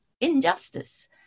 injustice